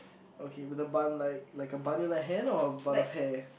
okay but the bun like like a bun in her hand or a bun of hair